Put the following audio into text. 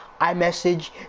iMessage